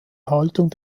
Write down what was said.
erhaltung